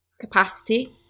capacity